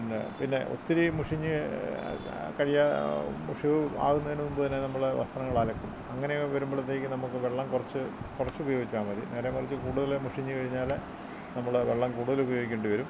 എന്നാൽ പിന്നെ ഒത്തിരീം മുഷിഞ്ഞ് കഴിയാൻ മുഷിവ് ആവുന്നതിന് മുമ്പ് തന്നെ നമ്മൾ വസ്ത്രങ്ങൾ അലക്കും അങ്ങനെ വരുമ്പോഴത്തേക്കും നമുക്ക് വെള്ളം കുറച്ച് കുറച്ച് ഉപയോഗിച്ചാൽ മതി നേരെമറിച്ച് കൂടുതലും മുഷിഞ്ഞ് കഴിഞ്ഞാൽ നമ്മൾ വെള്ളം കൂടുതൽ ഉപയോഗിക്കേണ്ടി വരും